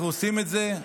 אנחנו עושים את זה,